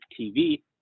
TV